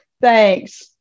Thanks